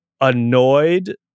annoyed